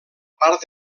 part